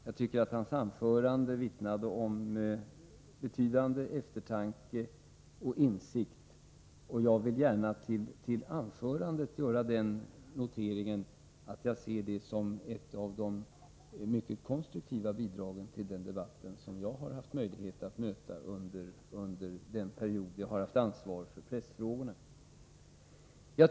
Jag tycker att hans anförande vittnade om betydande eftertanke och insikt. Jag vill gärna till protokollet göra den noteringen att jag ser det som ett av de mycket konstruktiva bidrag till debatten, som jag haft möjlighet att möta under den period jag har haft ansvar för pressfrågorna.